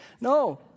No